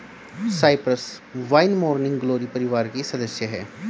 Cyprus vine morning glory परिवार की सदस्य हैं